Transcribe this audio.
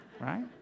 Right